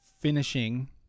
finishing